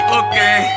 okay